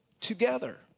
together